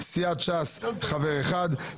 סיעת ש"ס חבר אחד,